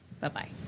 Bye-bye